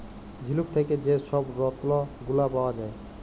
ঝিলুক থ্যাকে যে ছব রত্ল গুলা পাউয়া যায়